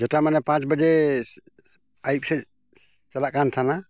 ᱡᱮᱴᱟ ᱢᱟᱱᱮ ᱯᱟᱸᱪ ᱵᱟᱡᱮ ᱟᱹᱭᱩᱵ ᱥᱮᱫ ᱪᱟᱞᱟᱜ ᱠᱟᱱ ᱛᱟᱦᱮᱱᱟ